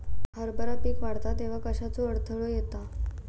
हरभरा पीक वाढता तेव्हा कश्याचो अडथलो येता?